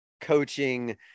coaching